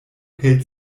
hält